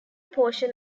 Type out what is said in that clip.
portion